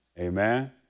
Amen